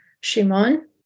Shimon